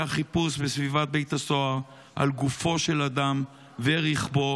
חיפוש בסביבת בית הסוהר על גופו של אדם ורכבו,